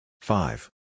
Five